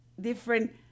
different